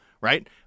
right